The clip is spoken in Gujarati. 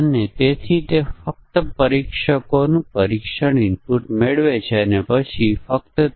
અને જો તમામ ડિસ્કાઉન્ટ પછી ખરીદીની રકમ 2000 કરતા વધી જાય તો શિપિંગ મફત છે